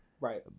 Right